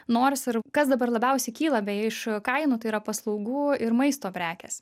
nors ir kas dabar labiausiai kyla beje iš kainų tai yra paslaugų ir maisto prekės